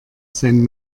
sein